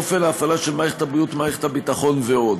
אופן ההפעלה של מערכת הבריאות ומערכת הביטחון ועוד.